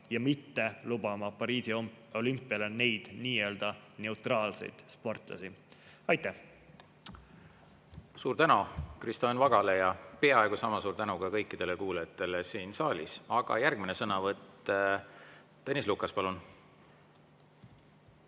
ja mitte lubama Pariisi olümpiale neid nii-öelda neutraalseid sportlasi. Aitäh! Suur tänu Kristo Enn Vagale ja peaaegu sama suur tänu kõikidele kuulajatele siin saalis! Järgmine sõnavõtt, Tõnis Lukas, palun!